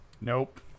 Nope